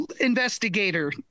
investigator